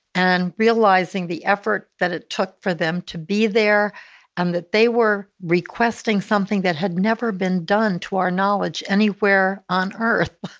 and realizing the effort that it took for them to be there-and and that they were requesting something that had never been done, to our knowledge anywhere on earth,